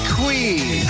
queen